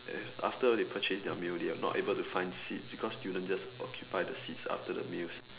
uh after they purchase their meals they are not able to find seats because students just occupy the seats after the meals